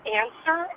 answer